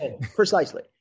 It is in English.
Precisely